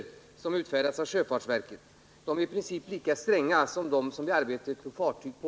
Det är kanske det som är det mest kusliga i situationen.